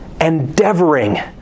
endeavoring